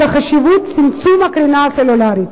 בחשיבות של צמצום הקרינה הסלולרית.